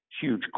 huge